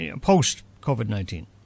post-COVID-19